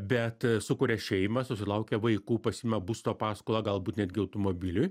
bet sukuria šeimą susilaukia vaikų pasiima būsto paskolą galbūt netgi automobiliui